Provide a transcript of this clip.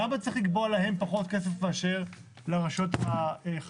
למה צריך לקבוע להם פחות כסף מאשר לרשויות החזקות?